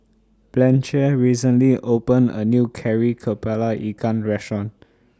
Blanchie recently opened A New Kari Kepala Ikan Restaurant